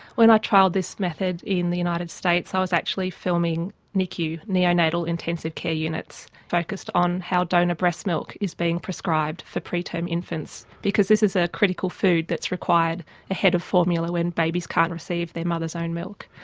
when i trialled this method in the united states i was actually filming nicu, neonatal intensive care units, focused on how donor breast milk is being prescribed for preterm infants, because this is a critical food that's required ahead of formula when babies can't receive their mother's own milk.